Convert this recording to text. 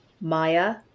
Maya